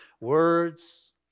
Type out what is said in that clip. words